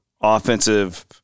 offensive